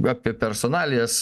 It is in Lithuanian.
apie personalijas